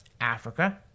Africa